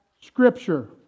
Scripture